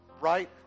right